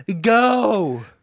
Go